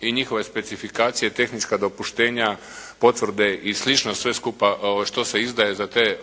i njihove specifikacije, tehnička dopuštenja, potvrde i slično sve skupa što se izdaje za te